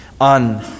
on